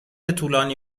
طولانی